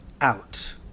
out